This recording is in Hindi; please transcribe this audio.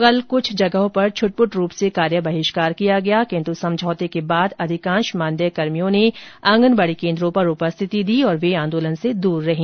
कल कुछ जगहों पर छट पूट रूप से कार्य बहिष्कार किया गया परन्तु समझौते के बाद अधिकांश मानदेयकर्मियों ने आंगनबाड़ी केन्द्रों पर उपस्थिति दी और वे आंदोलन से दूर रही